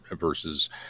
versus